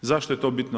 Zašto je to bitno?